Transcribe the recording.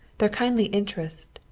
their kindly interest,